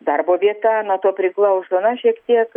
darbo vieta nuo to priklauso na šiek tiek